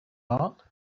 heart